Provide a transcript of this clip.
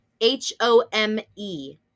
H-O-M-E